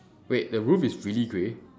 wait the roof is really grey